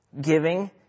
giving